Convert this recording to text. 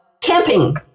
camping